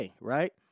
right